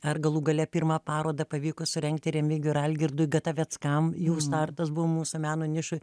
ar galų gale pirmą parodą pavyko surengti remigijui ir algirdui gataveckam jų startas buvo mūsų meno nišoj